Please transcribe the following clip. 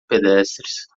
pedestres